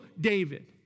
David